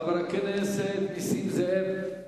חבר הכנסת נסים זאב.